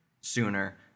sooner